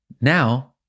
now